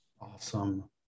Awesome